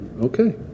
Okay